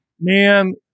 man